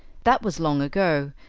that was long ago,